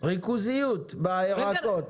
ריכוזיות בירקות.